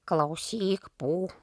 klausyk pū